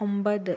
ഒൻപത്